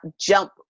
jump